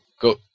Go